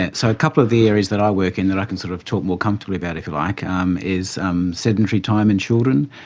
and so a couple of the areas that i work in that i can sort of talk more comfortably about like um is um sedentary time in children.